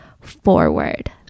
forward